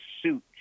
suit